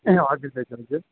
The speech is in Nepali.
ए हजुर दाजु हजुर